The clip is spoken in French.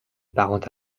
parente